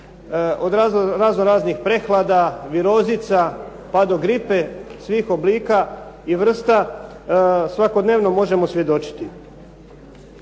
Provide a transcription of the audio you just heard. od razno raznih prehlada, virozica pa do gripe, svih oblika i vrsta svakodnevno možemo svjedočiti.